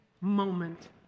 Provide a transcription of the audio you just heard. moment